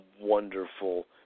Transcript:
wonderful